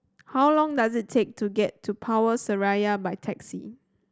how long does it take to get to Power Seraya by taxi